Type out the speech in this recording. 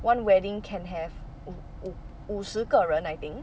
one wedding can have 五五五十个人 I think